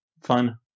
Fun